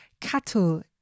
cattle